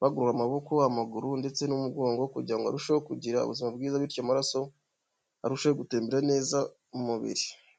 bagorora amaboko, amaguru, ndetse n'umugongo kugira ngo arusheho kugira ubuzima bwiza bityo amaraso arusheho gutembera neza umubiri.